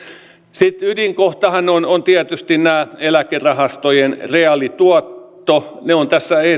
sitten ydinkohtahan on on tietysti tämä eläkerahastojen reaalituotto se on tässä